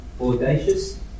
audacious